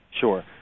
Sure